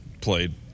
played